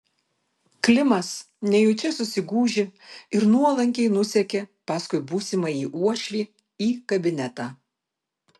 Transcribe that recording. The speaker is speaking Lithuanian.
klimas nejučia susigūžė ir nuolankiai nusekė paskui būsimąjį uošvį į kabinetą